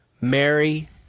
Mary